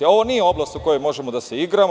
Ovo nije oblast u kojoj možemo da se igramo.